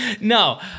No